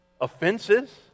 offenses